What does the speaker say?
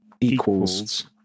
equals